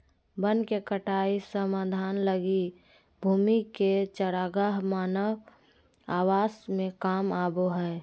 वन के कटाई समाधान लगी भूमि के चरागाह मानव आवास में काम आबो हइ